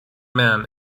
man